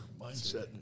mindset